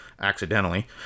accidentally